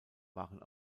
waren